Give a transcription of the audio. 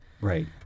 Right